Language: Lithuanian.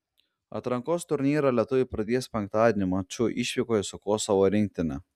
atrankos turnyrą lietuviai pradės penktadienį maču išvykoje su kosovo rinktine